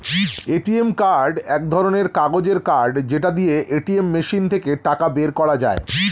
ATM card এক ধরণের কাগজের কার্ড যেটা দিয়ে এটিএম মেশিন থেকে টাকা বের করা যায়